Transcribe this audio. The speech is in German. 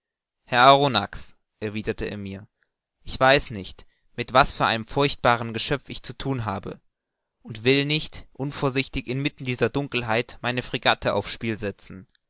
herr arronax erwiderte er mir ich weiß nicht mit was für einem furchtbaren geschöpf ich zu thun habe und ich will nicht unvorsichtig inmitten dieser dunkelheit meine fregatte auf's spiel setzen